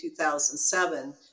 2007